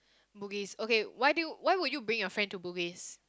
Bugis okay why do why would you bring your friend to Bugis